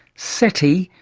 seti,